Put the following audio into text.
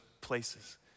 places